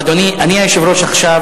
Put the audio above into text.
אדוני, אני היושב-ראש עכשיו.